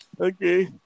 Okay